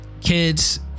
kids